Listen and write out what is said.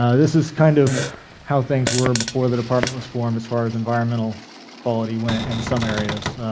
ah this is kind of how things were before the department was formed as far as environmental quality went in some areas.